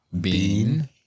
Bean